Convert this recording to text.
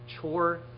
chore